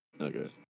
Okay